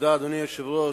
אדוני היושב-ראש,